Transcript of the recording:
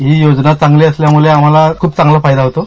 ही योजना चांगली असल्यामुळे आता आम्हाला खूप चांगला फायदा होतो आहे